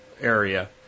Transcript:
area